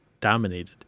dominated